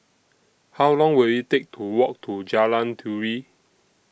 How Long Will IT Take to Walk to Jalan Turi